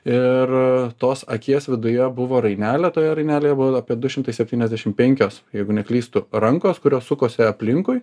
ir tos akies viduje buvo rainelė toje rainelėje buvo apie du šimtai septyniasdešim penkios jeigu neklystu rankos kurios sukosi aplinkui